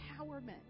empowerment